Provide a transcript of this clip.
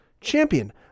champion